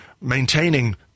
maintaining